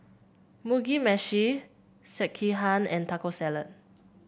Mugi Meshi Sekihan and Taco Salad